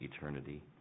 eternity